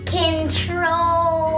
control